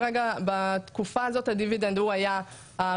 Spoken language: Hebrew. כרגע בתקופה הזאת הדיבידנד הוא היה הרכיב